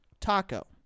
taco